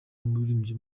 umuririmbyi